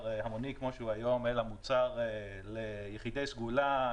מוצר המוני כמו שהוא היום אלא מוצר ליחידי סגולה,